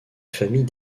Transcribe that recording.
famille